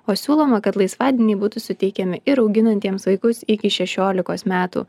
o siūloma kad laisvadieniai būtų suteikiami ir auginantiems vaikus iki šešiolikos metų